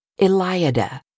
Eliada